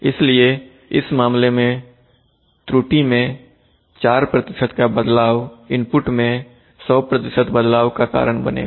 इसलिए इस मामले में त्रुटि में 4 का बदलाव इनपुट में 100 बदलाव का कारण बनेगा